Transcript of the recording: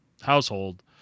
household